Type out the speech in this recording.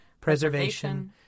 preservation